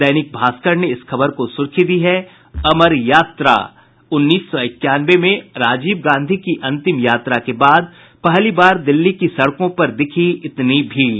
दैनिक भास्कर ने इस खबर को सुर्खी दी है अमर यात्रा उन्नीस सौ इक्यानवे में राजीव गांधी की अंतिम यात्रा के बाद पहली बार दिल्ली की सड़कों पर दिखी इतनी भीड़